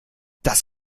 das